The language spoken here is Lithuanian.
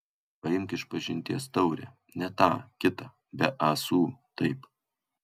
paimk išpažinties taurę ne tą kitą be ąsų taip